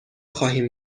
خواهیم